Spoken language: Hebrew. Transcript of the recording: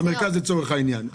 במרכז לצורך העניין.